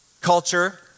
culture